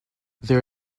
there